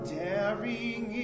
daring